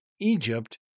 Egypt